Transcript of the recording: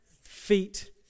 feet